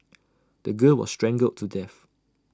the girl was strangled to death